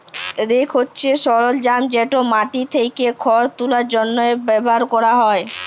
rake হছে সরলজাম যেট মাটি থ্যাকে খড় তুলার জ্যনহে ব্যাভার ক্যরা হ্যয়